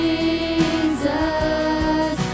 Jesus